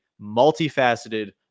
multifaceted